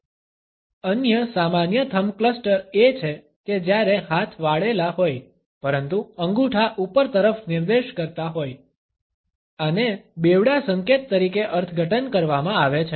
અન્ય સામાન્ય thumb cluster એ છે કે જ્યારે હાથ વાળેલા હોય પરંતુ અંગૂઠા ઉપર તરફ નિર્દેશ કરતા હોય આને બેવડાં સંકેત તરીકે અર્થઘટન કરવામાં આવે છે